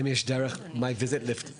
האם יש דרך לגבי MY VISIT --- לא,